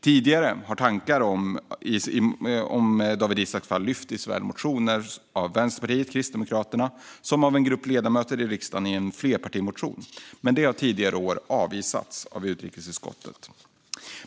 Tidigare år hade tankar på att undersöka även Dawit Isaaks fall lyfts fram i motioner av såväl Vänsterpartiet och Kristdemokraterna som av en grupp ledamöter i riksdagen i en flerpartimotion som avvisats av utrikesutskottet.